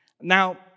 Now